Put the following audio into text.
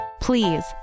Please